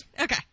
Okay